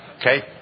Okay